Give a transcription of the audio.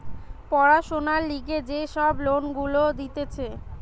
পড়াশোনার লিগে যে সব লোন গুলা দিতেছে